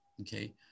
okay